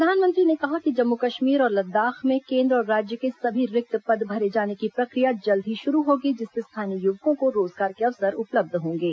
प्रधानमंत्री ने कहा कि जम्मूकश्मीर और लद्दाख़ में केन्द्र और राज्य के सभी रिक्त पद भरे जाने की प्रक्रिया जल्द ही शुरू होगी जिससे स्थानीय युवकों को रोज़गार के अवसर उपलब्ध होंगे